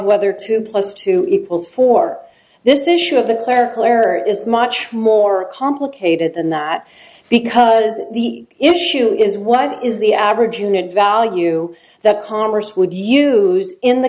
whether two plus two equals four this issue of the clerical error is much more complicated than that because the issue is what is the average unit value that congress would use in the